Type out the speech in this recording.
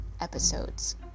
episodes